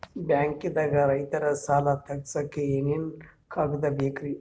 ಬ್ಯಾಂಕ್ದಾಗ ರೈತರ ಸಾಲ ತಗ್ಸಕ್ಕೆ ಏನೇನ್ ಕಾಗ್ದ ಬೇಕ್ರಿ?